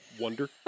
Wonder